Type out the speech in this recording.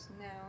now